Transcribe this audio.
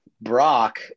Brock